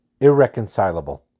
irreconcilable